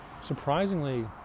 surprisingly